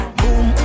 boom